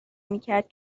میکرد